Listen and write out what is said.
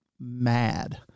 mad